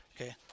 Okay